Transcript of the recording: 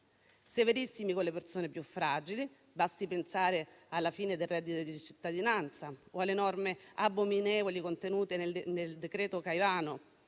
Severissimi con le persone più fragili: basti pensare alla fine del reddito di cittadinanza o alle norme abominevoli contenute nel decreto Caivano